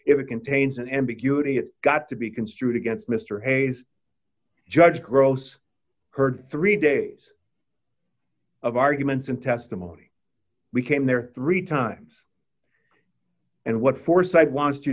if it contains an ambiguity it got to be construed against mr hayes judge gross heard three days of arguments and testimony we came there three times and what foresight wants you